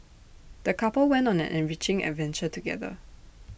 the couple went on an enriching adventure together